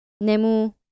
Nemu